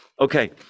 Okay